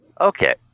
Okay